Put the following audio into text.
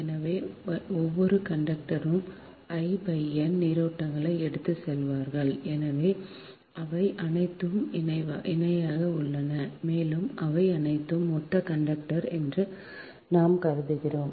எனவே ஒவ்வொரு கண்டக்டர்ரும் I n நீரோட்டங்களை எடுத்துச் செல்வார்கள் ஏனெனில் அவை அனைத்தும் இணையாக உள்ளன மேலும் அவை அனைத்தும் ஒத்த கண்டக்டர் என்று நாம் கருதுகிறோம்